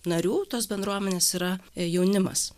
narių tos bendruomenės yra jaunimas